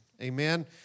Amen